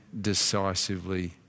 decisively